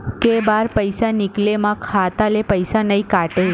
के बार पईसा निकले मा खाता ले पईसा नई काटे?